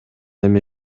эми